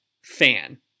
fan